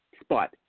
spot